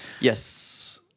yes